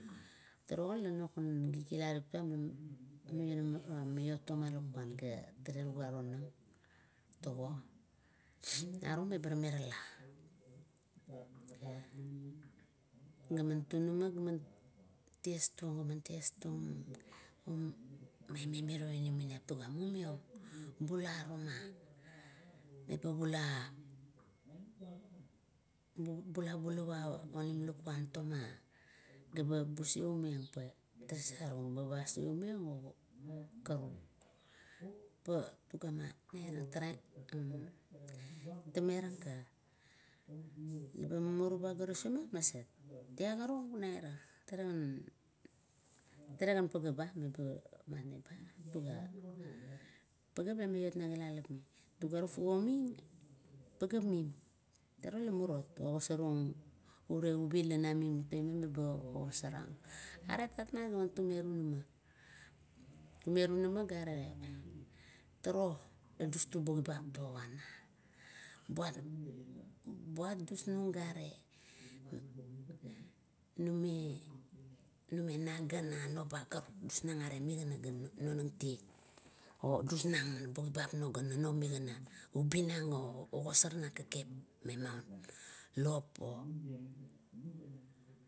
Turugan la kilakap tuam la maiot toma lukuan ga tugatale tonang tago. Narung meba merala, laman tunama, gaman tis tung, ga ti trung, me mirea inamaniap toga mumiong bula ro ma, meba bula bulava onim lakuan, geba buseming okaruk, pa megama tamerang ka, eba mumuru ba tafenet ok, magaruk nairang taran, taran pagea meba matmeba, pageap la maiot na gilalap mie, leba buming, pageap mim. Turo la murot, ogosorong uri ubi la na ming toume meba ogosar ang. Aret tapmat gatume tunama, tume tunama gare turo dustung bo tatak lop ami. Buat dusnung gare mimi, magan la nagana, nunuo la ara migana ga nonang tie, odusnang bo kibap nuo, ga nunuo migana, ubi nang gaogosarnang kekep me maur lop ga.